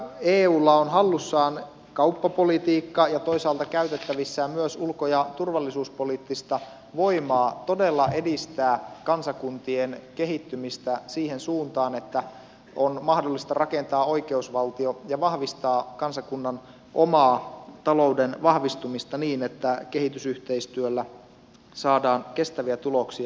eulla on hallussaan kauppapolitiikka ja toisaalta käytettävissään myös ulko ja turvallisuuspoliittista voimaa todella edistää kansakuntien kehittymistä siihen suuntaan että on mahdollista rakentaa oikeusvaltio ja vahvistaa kansakunnan omaa talouden vahvistumista niin että kehitysyhteistyöllä saadaan kestäviä tuloksia aikaan